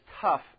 tough